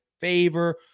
favor